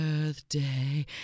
birthday